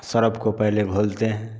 Surf को पहले घोलते हैं